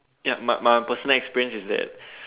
yup my my my personal experience is that